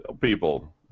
people